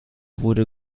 wurde